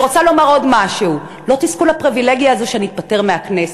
אני רוצה לומר עוד משהו: לא תזכו לפריבילגיה הזאת שאני אתפטר מהכנסת.